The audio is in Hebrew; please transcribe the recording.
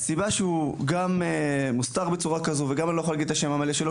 הסיבה שהוא מוסתר בצורה כזאת ושאני לא יכול להגיד את השם המלא שלו,